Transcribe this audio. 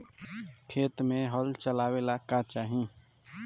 खेत मे हल चलावेला का चाही?